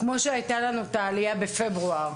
כמו שהייתה לנו את העלייה בפברואר.